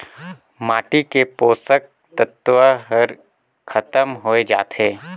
माटी के पोसक तत्व हर खतम होए जाथे